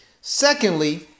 Secondly